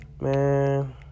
Man